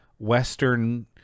Western